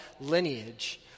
lineage